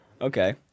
Okay